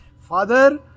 Father